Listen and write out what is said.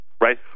right